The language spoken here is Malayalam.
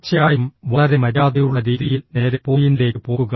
തീർച്ചയായും വളരെ മര്യാദയുള്ള രീതിയിൽ നേരെ പോയിന്റിലേക്ക് പോകുക